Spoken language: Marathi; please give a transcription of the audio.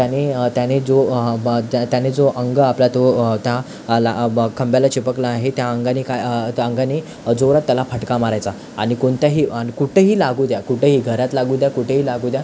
त्याने त्याने जो बं त्या त्याने जो अंग आपला तो त्या आला त्या खांबाला चिपकला आहे त्या अंगाने काय त्या अंगाने जोरात त्याला फटका मारायचा आणि कोणत्याही आणि कुठंही लागू द्या कुठंही घरात लागू द्या कुठेही लागू द्या